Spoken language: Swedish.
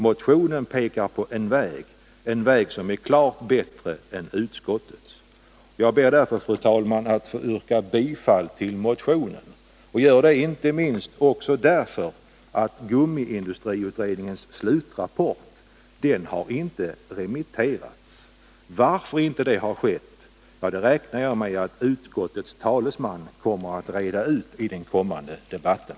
Motionen pekar på en väg, en väg som är klart bättre än utskottets. Jag ber därför, fru talman, att få yrka bifall till motionen. Jag gör det inte minst därför att gummiindustriutredningens slutrapport inte har remitterats. Varför det inte har skett — det räknar jag med att utskottets talesman kommer att reda ut i den kommande debatten.